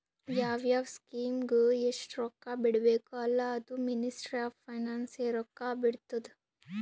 ಯಾವ್ ಯಾವ್ ಸ್ಕೀಮ್ಗ ಎಸ್ಟ್ ರೊಕ್ಕಾ ಬಿಡ್ಬೇಕ ಅಲ್ಲಾ ಅದೂ ಮಿನಿಸ್ಟ್ರಿ ಆಫ್ ಫೈನಾನ್ಸ್ ಎ ರೊಕ್ಕಾ ಬಿಡ್ತುದ್